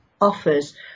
offers